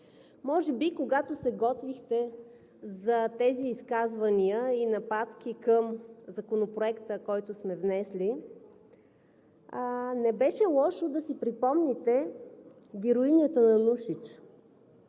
Може би, когато се готвихте за тези изказвания и нападки към Законопроекта, който сме внесли, не беше лошо да си припомните героинята на Нушич